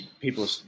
people